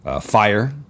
fire